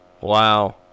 Wow